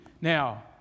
Now